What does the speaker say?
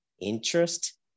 interest